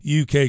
UK